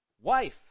Wife